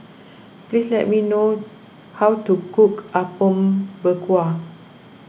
please tell me how to cook Apom Berkuah